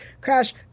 Crash